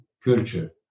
culture